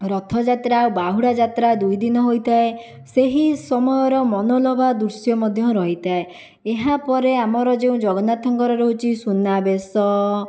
ରଥଯାତ୍ରା ବାହୁଡ଼ା ଯାତ୍ରା ଦୁଇ ଦିନ ହୋଇଥାଏ ସେହି ସମୟର ମନୋଲୋଭା ଦୃଶ୍ୟ ମଧ୍ୟ ରହିଥାଏ ଏହାପରେ ଆମର ଯେଉଁ ଜଗନ୍ନାଥଙ୍କର ରହୁଛି ସୁନାବେଶ